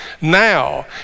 now